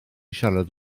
siarad